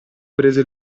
prese